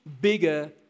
bigger